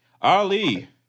Ali